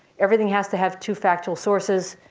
everything has to have two factual sources.